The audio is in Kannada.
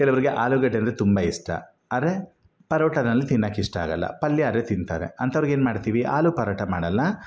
ಕೆಲವರಿಗೆ ಆಲೂಗಡ್ಡೆ ಅಂದರೆ ತುಂಬ ಇಷ್ಟ ಆದರೆ ಪರೋಟದಲ್ಲಿ ತಿನ್ನೋಕೆ ಇಷ್ಟ ಆಗಲ್ಲ ಪಲ್ಯ ಆದರೆ ತಿಂತಾರೆ ಅಂತವರಿಗೆ ಏನು ಮಾಡ್ತೀವಿ ಆಲೂ ಪರೋಟ ಮಾಡಲ್ಲ